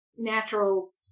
natural